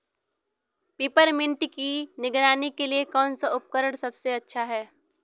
Peppermint की निराई के लिए कौन सा उपकरण सबसे अच्छा है?